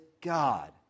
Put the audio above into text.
God